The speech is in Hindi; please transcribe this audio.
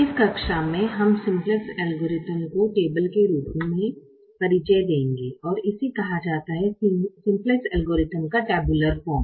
इस कक्षा में हम सिम्प्लेक्स एल्गोरिथ्म को एक टेबल के रूप में परिचय देंगे और इसे कहा जाता है सिम्प्लेक्स एल्गोरिथम का टेबुलर फॉर्म